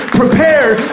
prepared